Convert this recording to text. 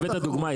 הבאת דוגמה,